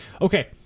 okay